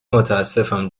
متاسفم